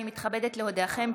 אני מתכבדת להודיעכם,